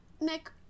Nick